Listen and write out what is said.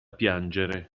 piangere